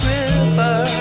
River